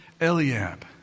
Eliab